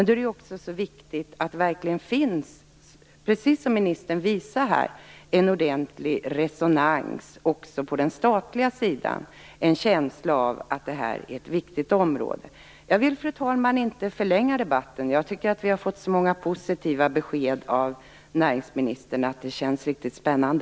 Då är det viktigt att det verkligen finns, precis som ministern här visat, en ordentlig resonans på den statliga sidan, en känsla av att detta är ett viktigt område. Jag vill inte, fru talman, förlänga debatten för vi har fått så många positiva besked av näringsministern att det här känns riktigt spännande.